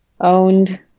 owned